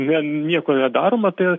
vien nieko nedaroma tai